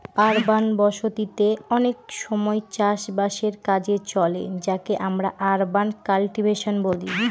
urban বসতি তে অনেক সময় চাষ বাসের কাজে চলে যাকে আমরা আরবান কাল্টিভেশন বলি